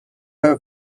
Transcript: her